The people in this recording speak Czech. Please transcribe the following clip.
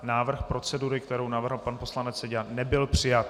Návrh procedury, kterou navrhl pan poslanec Seďa, nebyl přijat.